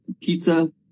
pizza